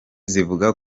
zivuga